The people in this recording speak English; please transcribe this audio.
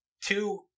Two